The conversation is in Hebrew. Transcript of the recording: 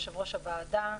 יושב-ראש הוועדה,